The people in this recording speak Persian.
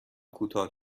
کوتاه